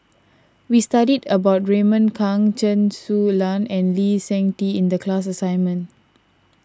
we studied about Raymond Kang Chen Su Lan and Lee Seng Tee in the class assignment